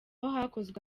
hakozwe